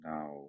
Now